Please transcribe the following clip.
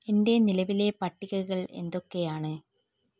എൻ്റെ നിലവിലെ പട്ടികകൾ എന്തൊക്കെയാണ്